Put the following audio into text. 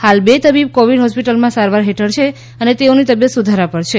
હાલ બે તબીબ કોવિડ હોસ્પિટલમાં સારવાર હેઠળ છે અને તેઓની તબિયત સુધારા પર છે